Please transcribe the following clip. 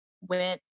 went